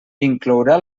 inclourà